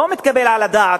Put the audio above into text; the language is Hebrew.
לא מתקבל על הדעת,